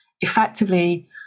effectively